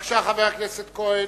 בבקשה, חבר הכנסת כהן,